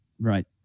right